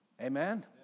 Amen